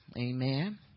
Amen